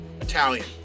Italian